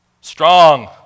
strong